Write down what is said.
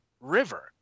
river